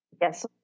Yes